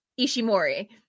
Ishimori